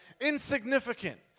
Insignificant